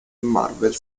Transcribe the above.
marvel